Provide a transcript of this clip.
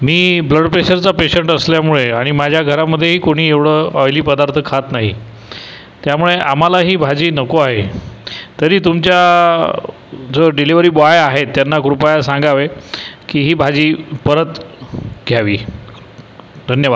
मी blood प्रेशरचा patient असल्यामुळे आणि माझ्या घरामध्येही कोणी एवढं ऑईली पदार्थ खात नाही त्यामुळे आम्हाला ही भाजी नको आहे तरी तुमच्या जो डिलिवरी बॉय आहे त्यांना कृपया सांगावे की ही भाजी परत घ्यावी धन्यवाद